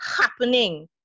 happening